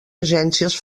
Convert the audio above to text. agències